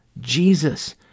Jesus